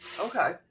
Okay